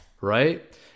right